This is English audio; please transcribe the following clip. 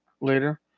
later